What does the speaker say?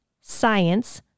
Science